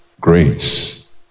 grace